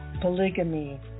polygamy